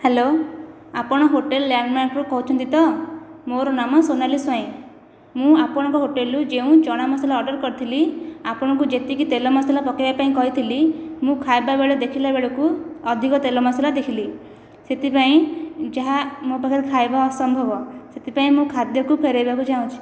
hello ଆପଣ hotel ଲ୍ୟାଣ୍ଡମାର୍କରୁ କହୁଛନ୍ତି ତ ମୋର ନାମ ସୋନାଲି ସ୍ଵାଇଁ ମୁଁ ଆପଣଙ୍କ ହୋଟେଲରୁ ଯେଉଁ ଚଣାମସଲା ଅର୍ଡ଼ର କରିଥିଲି ଆପଣଙ୍କୁ ଯେତିକି ତେଲ ମସଲା ପକାଇବା ପାଇଁ କହିଥିଲି ମୁଁ ଖାଇବା ବେଳେ ଦେଖିଲା ବେଳକୁ ଅଧିକ ତେଲ ମସଲା ଦେଖିଲି ସେଥିପାଇଁ ଯାହା ମୋ ପାଖରେ ଖାଇବା ଅସମ୍ଭବ ସେଥିପାଇଁ ମୁଁ ଖାଦ୍ୟକୁ ଫେରାଇବାକୁ ଚାହୁଁଛି